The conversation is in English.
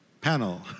panel